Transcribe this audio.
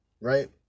right